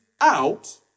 out